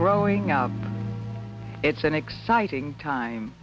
growing up it's an exciting time